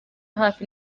hafi